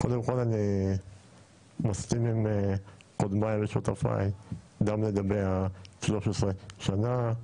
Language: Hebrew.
כל אני מסכים עם קודמי ושותפי גם לגבי ה- 13 שנה,